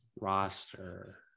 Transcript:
Roster